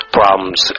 problems